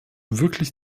wirklich